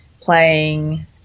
playing